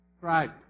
right